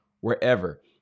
wherever